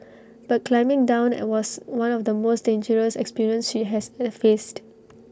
but climbing down I was one of the most dangerous experience she has A faced